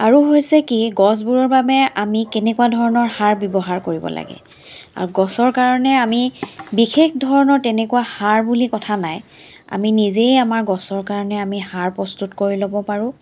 আৰু হৈছে কি গছবোৰৰ বাবে আমি কেনেকুৱা ধৰণৰ সাৰ ব্যৱহাৰ কৰিব লাগে গছৰ কাৰণে আমি বিশেষ ধৰণৰ তেনেকুৱা সাৰ বুলি কথা নাই আমি নিজে আমাৰ গছৰ কাৰণে নিজেই আমি সাৰ প্ৰস্তুত কৰি ল'ব পাৰোঁ